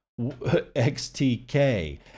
XTK